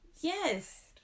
Yes